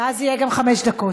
ואז זה יהיה חמש דקות.